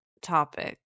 topic